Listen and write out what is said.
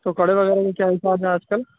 تو کڑے وغیرہ کے کیا حساب ہیں آج کل